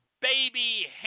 baby